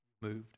moved